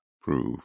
prove